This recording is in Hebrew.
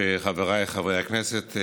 חבריי חברי הכנסת,